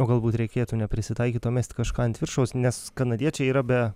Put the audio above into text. o galbūt reikėtų neprisitaikyt o mest kažką ant viršaus nes kanadiečiai yra be